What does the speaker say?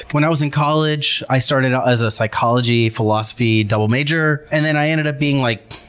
when i was in college, i started out as a psychology philosophy double major. and then i ended up being like